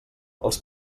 els